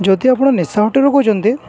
ଯଦି ଆପଣ ନିଶା ହୋଟେଲ୍ରୁ କହୁଛନ୍ତି